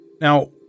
Now